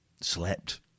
Slept